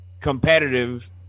competitive